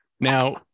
Now